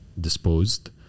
disposed